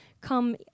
come